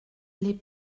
les